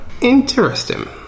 interesting